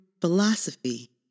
philosophy